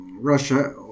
Russia